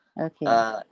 okay